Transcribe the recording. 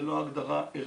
זה לא הגדרה ערכית.